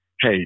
hey